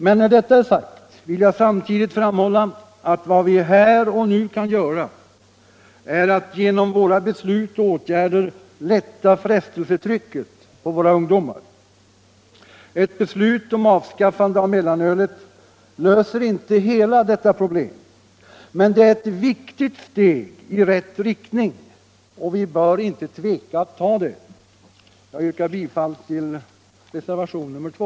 Men när detta är sagt vill jag samtidigt framhålla att vad vi här och nu kan göra är att genom våra beslut och åtgärder lätta frestelsetrycket på våra ungdomar. Ett beslut om avskaffande av mellanölet löser inte hela detta problem. Men det är ett viktigt steg i rätt riktning, och vi bör inte tveka att ta det. Jag yrkar bifall till reservationen 2.